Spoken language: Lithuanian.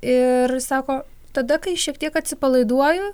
ir sako tada kai šiek tiek atsipalaiduoju